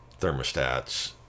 thermostats